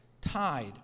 tied